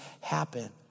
happen